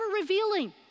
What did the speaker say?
revealing